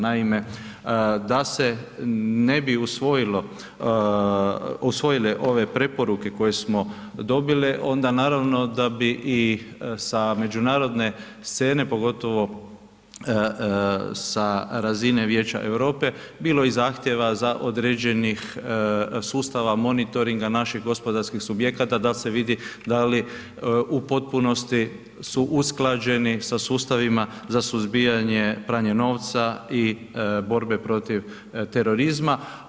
Naime, da se ne bi usvojile ove preporuke koje smo dobili, onda naravno da bi i sa međunarodne scene, pogotovo sa razine Vijeća Europe, bilo i zahtjeva za određenih sustava monitoringa naših subjekata da se vidi da li u potpunosti su usklađeni sa sustavima za suzbijanje pranja novca i borbe protiv terorizma.